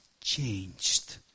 changed